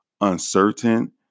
uncertain